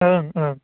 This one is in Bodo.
ओं ओं